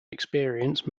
experience